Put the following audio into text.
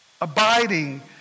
abiding